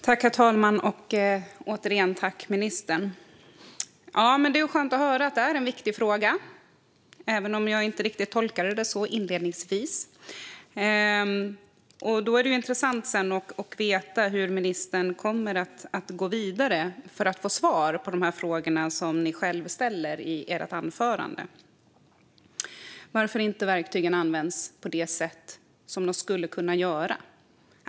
Herr talman! Ministern! Det är skönt att höra att det är en viktig fråga, även om jag inte riktigt tolkade det så inledningsvis. Det vore intressant att få veta hur ministern kommer att gå vidare för att få svar på de frågor han själv ställer i sitt anförande. Varför används inte verktygen på de sätt som de skulle kunna användas?